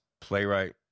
playwright